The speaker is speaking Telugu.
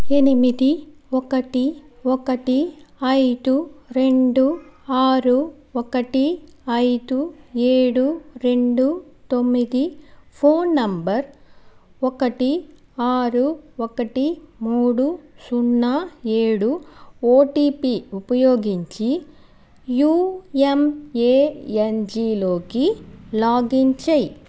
ఎనిమిది ఒకటి ఒకటి ఐదు రెండు ఆరు ఒకటి ఐదు ఏడు రెండు తొమ్మిది ఫోన్ నెంబర్ ఒకటి ఆరు ఒకటి మూడు సున్నా ఏడు ఓటీపీ ఉపయోగించి యూఎమ్ఏఎన్జిలోకి లాగిన్ చెయ్